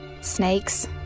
Snakes